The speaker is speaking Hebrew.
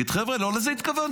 יגיד: חבר'ה, לא לזה התכוונתי.